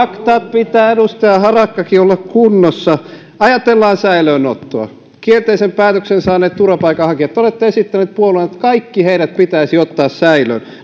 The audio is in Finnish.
pitää edustaja harakkakin olla kunnossa ajatellaan säilöönottoa kielteisen päätöksen saaneet turvapaikanhakijat te olette esittäneet puolueena että kaikki heidät pitäisi ottaa säilöön